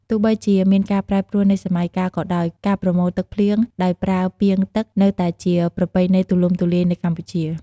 ទោះបីជាមានការប្រែប្រួលនៃសម័យកាលក៏ដោយ ការប្រមូលទឹកភ្លៀងដោយប្រើពាងទឹកនៅតែជាប្រពៃណីទូលំទូលាយនៅកម្ពុជា។